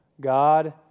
God